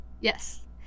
Yes